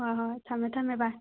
ꯍꯣꯏ ꯍꯣꯏ ꯍꯣꯏ ꯊꯝꯃꯦ ꯊꯝꯃꯦ ꯚꯥꯏ